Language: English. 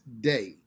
day